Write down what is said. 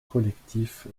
collectif